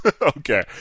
Okay